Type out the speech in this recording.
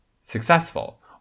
successful